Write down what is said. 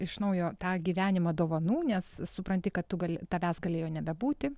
iš naujo tą gyvenimą dovanų nes supranti kad tu gali tavęs galėjo nebebūti